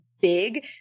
big